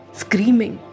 screaming